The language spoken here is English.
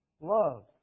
Love